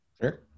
Sure